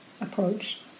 approach